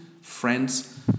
friends